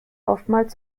oftmals